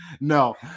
no